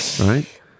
Right